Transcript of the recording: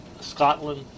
Scotland